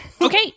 Okay